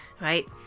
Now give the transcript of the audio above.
right